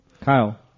Kyle